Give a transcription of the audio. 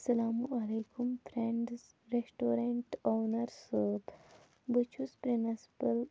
سلامُ علیکُم فریٚنٛڈٕس رَسٹورَنٛٹہٕ اونَر صٲب بہٕ چھُس پرنسپُل